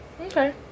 Okay